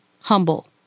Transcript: humble